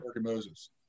Moses